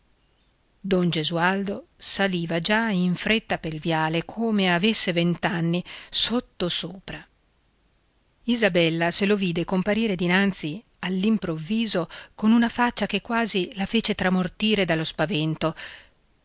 don gesualdo saliva già in fretta pel viale come avesse vent'anni sottosopra isabella se lo vide comparire dinanzi all'improvviso con una faccia che quasi la fece tramortire dallo spavento